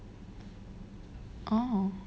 oh